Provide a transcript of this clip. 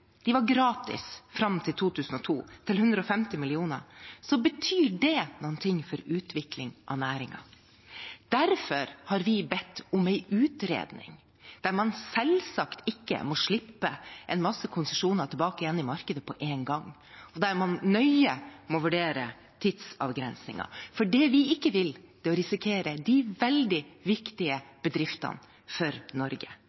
de var gratis fram til 2002 – til 150 mill. kr, betyr det noe for utviklingen av næringen. Derfor har vi bedt om en utredning, der man selvsagt ikke må slippe en masse konsesjoner tilbake i markedet på en gang, og der man nøye må vurdere tidsavgrensningen. For vi vil ikke risikere de veldig viktige bedriftene for Norge.